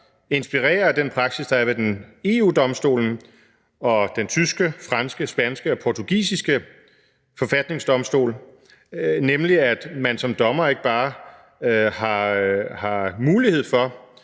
inspirere af den praksis, der er ved EU-Domstolen og de tyske, franske, spanske og portugisiske forfatningsdomstole, nemlig at man som dommer ikke bare har mulighed for,